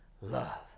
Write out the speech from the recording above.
love